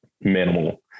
minimal